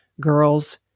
girls